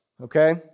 okay